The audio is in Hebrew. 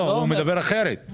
הוא מדבר אחרת,